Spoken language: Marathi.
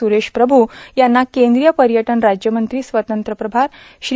सुरेश प्रभू यांना कद्रीय पयंटन राज्यमंत्री स्वतंत्र प्रभार श्री